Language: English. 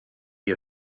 you